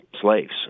slaves